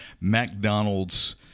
McDonald's